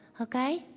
Okay